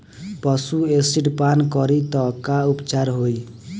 पशु एसिड पान करी त का उपचार होई?